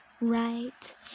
Right